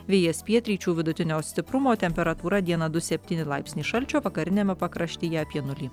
vėjas pietryčių vidutinio stiprumo temperatūra dieną du septyni laipsniai šalčio vakariniame pakraštyje apie nulį